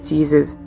users